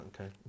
Okay